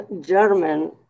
German